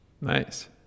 Nice